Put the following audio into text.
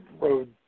road